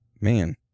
man